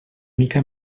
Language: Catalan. mica